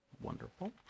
Wonderful